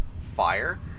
fire